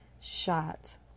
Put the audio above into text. shot